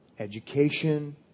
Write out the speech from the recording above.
Education